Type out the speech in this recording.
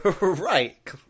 Right